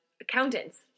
accountants